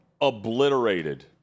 obliterated